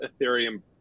Ethereum